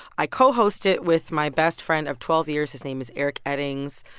i co-host it with my best friend of twelve years. his name is eric eddings.